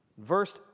Verse